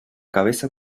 cabeza